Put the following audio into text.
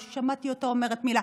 לא שמעתי אותה אומרת מילה.